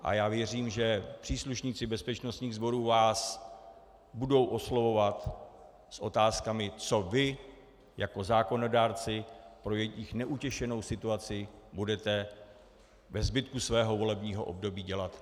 A já věřím, že příslušníci bezpečnostních sborů vás budou oslovovat s otázkami, co vy jako zákonodárci pro jejich neutěšenou situaci budete ve zbytku svého volebního období dělat.